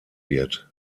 wird